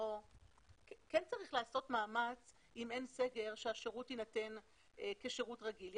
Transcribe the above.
כן צריך לעשות מאמץ שהשירות יינתן כשירות רגיל.